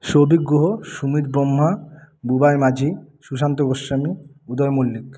Souvik Guha Sumit Brahma Bubai Majhi Sushanta Goswami Uday Mallick